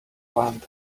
lamb